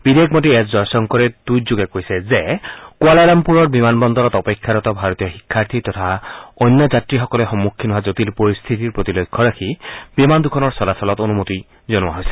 বিদেশ মন্ত্ৰী এছ জয়শংকৰে টুইটযোগে কৈছে যে কুৱালালামপুৰৰ বিমান বন্দৰত অপেক্ষাৰত ভাৰতীয় শিক্ষাৰ্থী আৰু অন্য যাত্ৰীসকলে সন্মুখীন হোৱা জটিল পৰিস্থিতিৰ প্ৰতি লক্ষ্য ৰাখি বিমান দুখনৰ চলাচলত অনুমতি জনোৱা হৈছে